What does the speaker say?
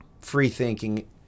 free-thinking